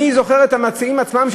אני זוכר את המציעים עצמם,